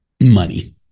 money